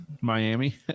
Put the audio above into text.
Miami